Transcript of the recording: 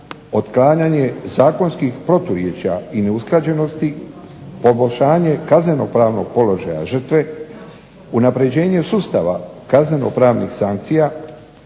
otklanjanje zakonskih proturječja i neusklađenosti, poboljšanje kazneno-pravnog položaja žrtve, unapređenje sustava kazneno-pravnih sankcija,